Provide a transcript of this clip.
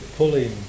pulling